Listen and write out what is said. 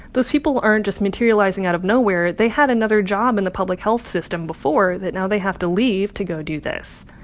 those people aren't just materializing out of nowhere. they had another job in the public health system before that now they have to leave to go do this.